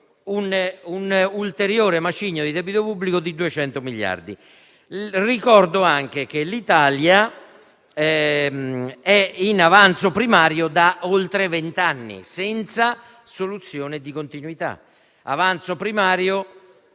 un ulteriore macigno di debito pubblico di 200 miliardi di euro. Ricordo anche che l'Italia è in avanzo primario da oltre vent'anni, senza soluzione di continuità.